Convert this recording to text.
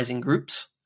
groups